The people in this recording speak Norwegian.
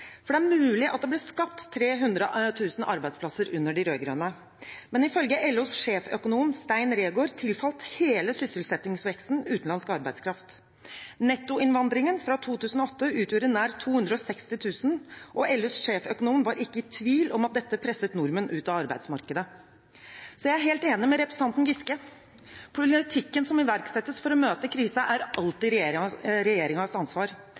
Det er mulig at det ble skapt 300 000 arbeidsplasser under de rød-grønne, men ifølge LOs sjefsøkonom Stein Reegård tilfalt hele sysselsettingsveksten utenlandsk arbeidskraft. Nettoinnvandringen fra 2008 utgjorde nær 260 000, og LOs sjefsøkonom var ikke i tvil om at dette presset nordmenn ut av arbeidsmarkedet. Så jeg er helt enig med representanten Giske: Politikken som iverksettes for å møte kriser, er alltid regjeringens ansvar – i dette tilfellet: den rød-grønne regjeringens ansvar.